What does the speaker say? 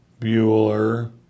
Bueller